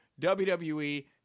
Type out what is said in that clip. WWE